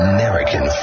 American